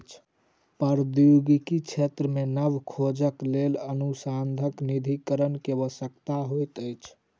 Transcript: प्रौद्योगिकी क्षेत्र मे नब खोजक लेल अनुसन्धान निधिकरण के आवश्यकता होइत अछि